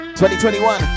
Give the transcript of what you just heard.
2021